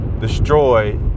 destroy